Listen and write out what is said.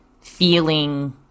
feeling